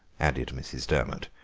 added mrs. durmot,